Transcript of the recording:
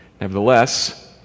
Nevertheless